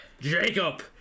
Jacob